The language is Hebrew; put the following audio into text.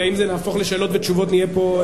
כי אם זה יהפוך לשאלות ותשובות נהיה פה,